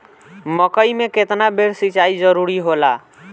मकई मे केतना बेर सीचाई जरूरी होला?